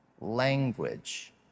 language